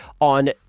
on